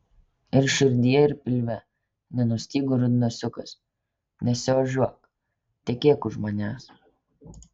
ir širdyje ir pilve nenustygo rudnosiukas nesiožiuok tekėk už manęs